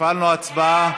הפעלנו הצבעה.